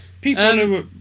people